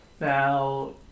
Now